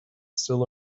still